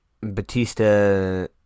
Batista